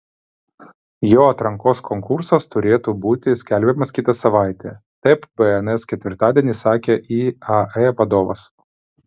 jo atrankos konkursas turėtų būti skelbiamas kitą savaitę taip bns ketvirtadienį sakė iae vadovas